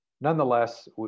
Nonetheless